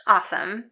Awesome